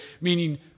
meaning